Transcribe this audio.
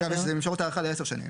אגב, זה עם אפשרות הארכה לעשר שנים.